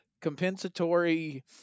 compensatory